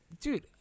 dude